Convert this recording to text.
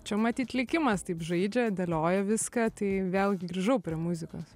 čia matyt likimas taip žaidžia dėlioja viską tai vėlgi grįžau prie muzikos